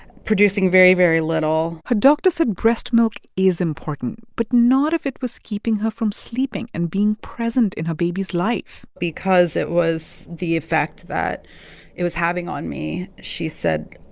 producing very, very little her doctor said breast milk is important but not if it was keeping her from sleeping and being present in her baby's life because it was the effect that it was having on me. she said,